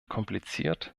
kompliziert